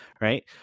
Right